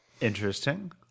Interesting